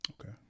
Okay